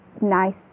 nice